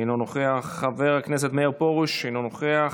אינו נוכח, חבר הכנסת מאיר פרוש, אינו נוכח.